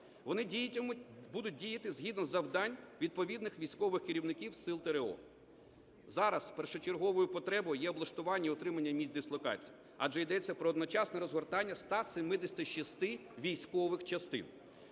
будуть діяти згідно завдань відповідних військових керівників сил ТРО. Зараз першочерговою потребою є облаштування і утримання міст дислокації, адже йдеться про одночасне розгортання 176 військових частин.